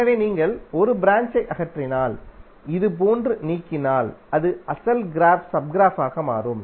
எனவே நீங்கள் ஒரு ப்ராஞ்ச்சை அகற்றினால் இது போன்று நீக்கினால் அது அசல் க்ராஃப் சப் க்ராஃப்பாக மாறும்